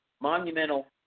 monumental